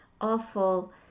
awful